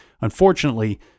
unfortunately